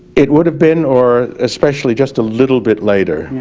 it would have been or especially just a little bit later